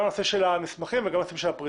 גם על נושא המסמכים וגם על הנושא של הפריטים.